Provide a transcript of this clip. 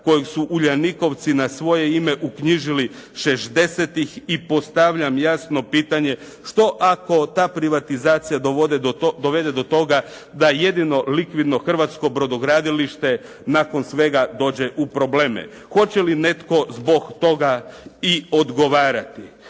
kojeg su uljanikovci na svoje ime uknjižili 60-tih i postavljam jasno pitanje što ako ta privatizacija dovede do toga da jedino likvidno hrvatsko brodogradilište nakon svega dođe u probleme? Hoće li netko zbog toga i odgovarati?